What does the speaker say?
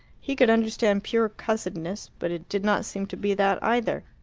he could understand pure cussedness, but it did not seem to be that either.